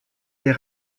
des